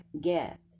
get